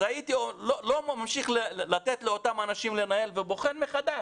אז הייתי לא ממשיך לתת לאותם אנשים לנהל ובוחן מחדש.